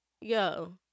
yo